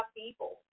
people